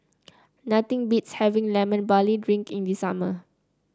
nothing beats having Lemon Barley Drink in the summer